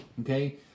Okay